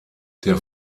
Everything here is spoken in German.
der